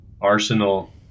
Arsenal